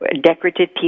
decorative